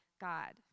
God